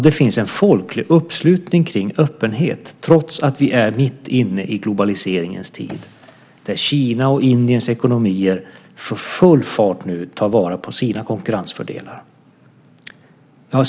Det finns en folklig uppslutning kring öppenhet, trots att vi är mitt inne i globaliseringens tid, där Kinas och Indiens ekonomier nu med full fart tar vara på sina konkurrensfördelar.